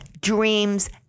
dreams